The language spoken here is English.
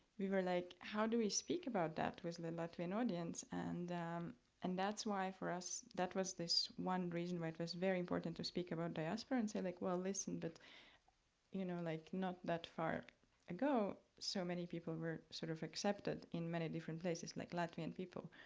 we were like, how do we speak about that with the latvian audience? and and that's why for us, that was this one reason why it was very important to speak about diaspora and say like, well listen, but you know, like not that far ago, so many people were sort of accepted in many different places like latvian people.